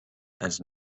and